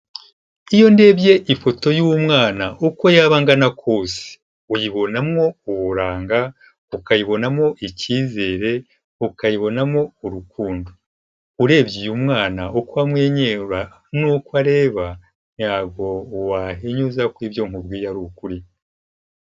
Iyo ndebye ifoto y'umwana uko yaba angana kose, uyibonamo uburanga, ukayibonamo icyizere, ukayibonamo urukundo, urebye uyu mwana uko amwenyura, n'uko areba, ntabwo wahinyuza ko ibyo nkubwiye ari ukuri.